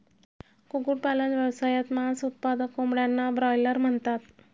कुक्कुटपालन व्यवसायात, मांस उत्पादक कोंबड्यांना ब्रॉयलर म्हणतात